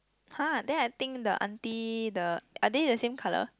!huh! then I think the auntie the are they the same colour